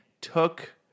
took